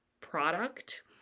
product